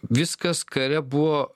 viskas kare buvo